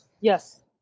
Yes